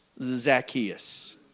Zacchaeus